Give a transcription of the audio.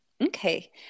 Okay